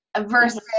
versus